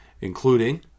including